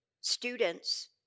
students